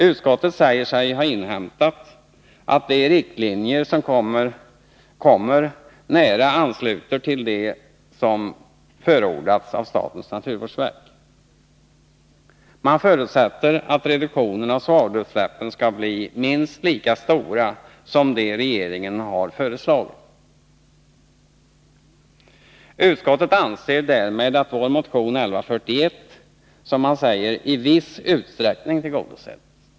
Utskottet säger sig ha inhämtat att de riktlinjer som väntas komma nära ansluter till dem som förordas av statens naturvårdsverk. Man förutsätter att reduktionen av svavelutsläppen skall bli minst lika stor som den regeringen har föreslagit. Utskottet anser att vår motion nr 1141 därmed, som man säger, i viss utsträckning är tillgodosedd.